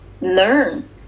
learn